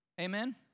Amen